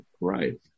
Right